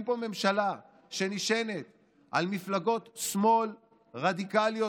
פה ממשלה שנשענת על מפלגות שמאל רדיקליות,